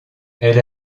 elle